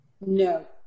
No